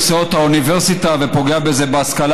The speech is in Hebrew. עושה אותה אוניברסיטה ופוגע בזה בהשכלה